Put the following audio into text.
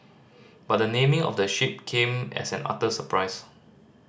but the naming of the ship came as an utter surprise